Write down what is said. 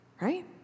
right